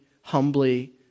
humbly